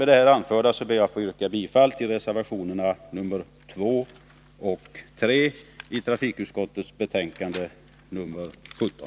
Med det anförda ber jag att få yrka bifall till reservationerna 2 och 3 i trafikutskottets betänkande nr 17.